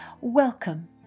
Welcome